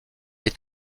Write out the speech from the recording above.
est